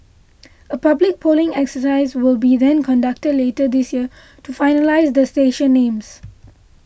a public polling exercise will be then conducted later this year to finalise the station names